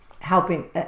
Helping